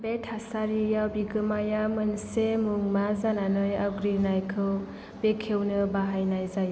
बे थासारियाव बिगोमाया मोनसे मुंमा जानानै आवग्रिनायखौ बेखेवनो बाहायनाय जायो